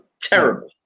terrible